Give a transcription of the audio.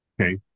okay